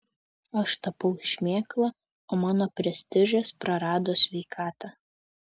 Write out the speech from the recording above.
aš tapau šmėkla o mano prestižas prarado sveikatą